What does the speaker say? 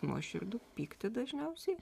nuoširdų pyktį dažniausiai